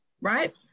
right